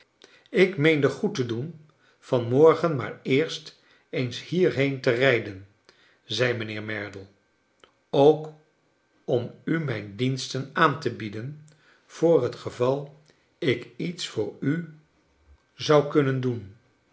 ik meende goed te doen van morgen maar eerst eens hierheen te rrj den zei mij nheer merdle ook om u mijn diens ten aan te bieden voor het geval ik iets voor u zou kunnen doen